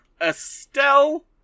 Estelle